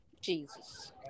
Jesus